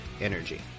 energy